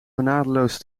genadeloos